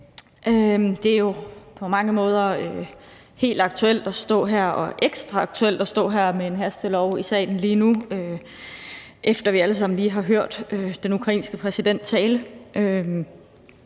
Det er jo på mange måder helt aktuelt at stå her og lige nu ekstra aktuelt at stå her i salen med et hastelovforslag, efter at vi alle sammen lige har hørt den ukrainske præsident tale.